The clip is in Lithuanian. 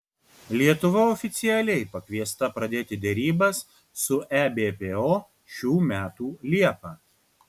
lietuva oficialiai pakviesta pradėti derybas su ebpo šių metų liepą